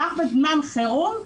רק בזמן חירום,